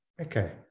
Okay